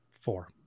four